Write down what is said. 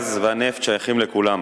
הגז והנפט שייכים לכולם,